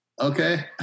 Okay